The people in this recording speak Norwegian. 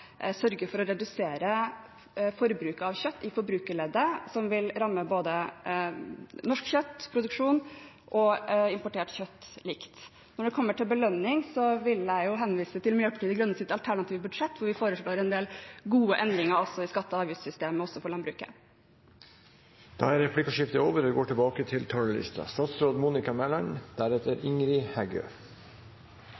sørge for å redusere forbruket av kjøtt på i forbrukerleddet. Det vil ramme norsk kjøttproduksjon og importert kjøtt likt. Når det kommer til belønning, vil jeg henvise til Miljøpartiet De Grønnes alternative budsjett, hvor vi foreslår en del gode endringer i skatte- og avgiftssystemet også for landbruket. Replikkordskiftet er over. Vi bor i et land med fantastiske muligheter. Vi har en åpen økonomi, en høyt utdannet befolkning og